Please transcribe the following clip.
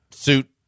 suit